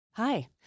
Hi